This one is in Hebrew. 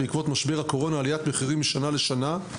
בעקבות משבר הקורונה ועליית מחירים משנה לשנה,